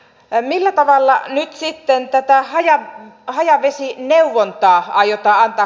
millä tavalla nyt sitten tätä hajavesineuvontaa aiotaan antaa